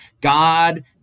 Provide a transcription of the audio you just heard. God